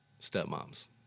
stepmoms